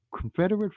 Confederate